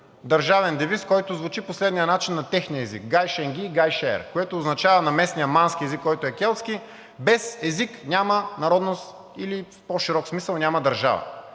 държавен девиз, който звучи по следния начин на техния език: „Гай шенги, гай шеър“, което означава на местния мански език, който е келтски: „Без език няма народност“ или в по-широк смисъл – няма държава.